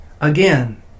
Again